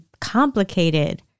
complicated